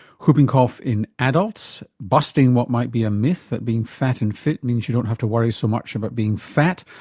whooping cough in adults. and busting what might be a myth, that being fat and fit means you don't have to worry so much about being fat.